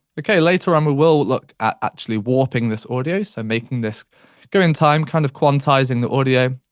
okay, later on we will look at actually warping this audio, so, making this go in time, kind of quantizing the audio,